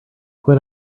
when